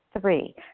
Three